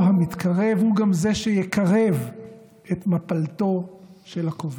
המתקרב הוא גם זה שיקרב את מפלתו של הכובש.